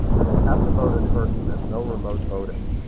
and they have to vote in person. there's no remote voting.